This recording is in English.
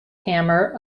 hammer